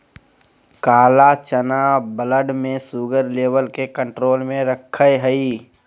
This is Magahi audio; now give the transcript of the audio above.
काला चना ब्लड में शुगर लेवल के कंट्रोल में रखैय हइ